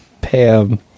Pam